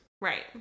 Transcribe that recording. Right